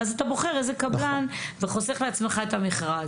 ואז אתה בוחר קבלן וחוסך לעצמך את המכרז.